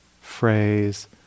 phrase